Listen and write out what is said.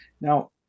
Now